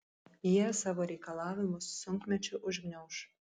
jie savo reikalavimus sunkmečiu užgniauš